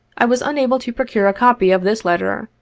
i was unable to procure a copy of this letter,